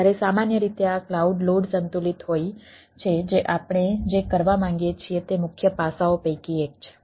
જ્યારે સામાન્ય રીતે આ ક્લાઉડ લોડ સંતુલિત હોય છે જે આપણે જે કરવા માંગીએ છીએ તે મુખ્ય પાસાઓ પૈકી એક છે